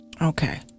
Okay